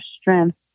strength